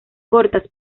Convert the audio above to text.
cortas